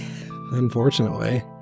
Unfortunately